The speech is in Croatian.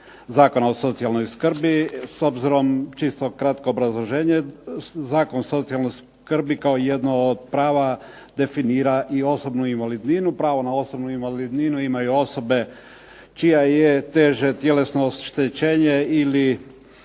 Zakona o socijalnoj skrbi. S zbirom čisto kratko obrazloženje. Zakon o socijalnoj skrbi kao jedno od prava definira i osobnu invalidninu. Pravo na osobnu invalidninu imaju osobe čija je teže tjelesno oštećenje ili